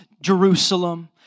Jerusalem